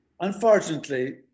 Unfortunately